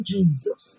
Jesus